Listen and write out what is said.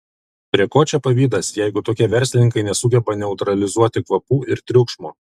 prie ko čia pavydas jeigu tokie verslininkai nesugeba neutralizuoti kvapų ir triukšmo